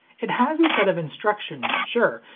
it has a set of instructions, sure,